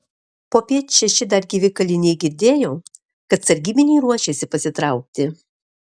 popiet šeši dar gyvi kaliniai girdėjo kad sargybiniai ruošiasi pasitraukti